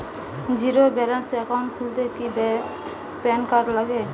Zero balance account খুলতে কি PAN card লাগে?